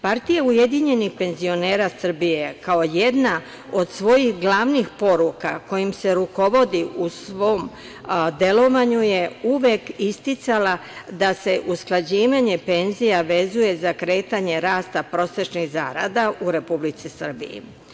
Partija ujedinjenih penzionera Srbije kao jedna od svojih glavnih poruka kojim se rukovodi u svom delovanju je uvek isticala da se usklađivanje penzija vezuje za kretanje rasta prosečnih zarada u Republici Srbiji.